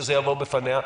שזה יבוא בפניה,